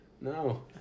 No